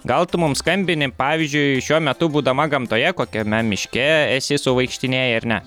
gal tu mum skambini pavyzdžiui šiuo metu būdama gamtoje kokiame miške esi sau vaikštinėji ar ne